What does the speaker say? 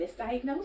misdiagnosed